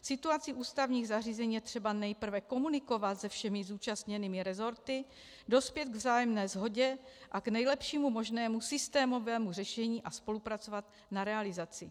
Situaci v ústavních zařízeních je třeba nejprve komunikovat se všemi zúčastněnými resorty, dospět k vzájemné shodě a k nejlepšímu možnému systémovému řešení a spolupracovat na realizaci.